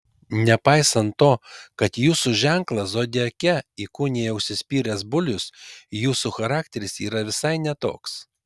nepaisant to kad jūsų ženklą zodiake įkūnija užsispyręs bulius jūsų charakteris yra visai ne toks